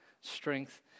strength